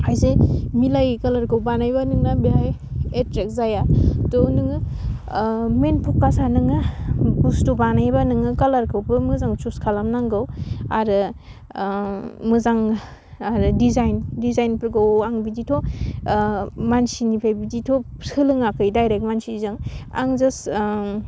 खायसे मिलायै खालारखौ बानायबा नोंना बेहाय एट्रेक जाया थ' नोङो मेन पकासा नोङो बस्थु बानायोबा नोङो कालारखौबो मोजां सयस खालामनांगौ आरो मोजां आरो डिजाइन डिजाइनफोरखौ आं बिदिथ' मानसिनिफाय बिदिथ' सोलोङाखै दायरेक्ट मानसिजों आं जास्ट